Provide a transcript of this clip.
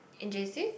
in J_C